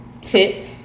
Tip